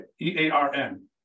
E-A-R-N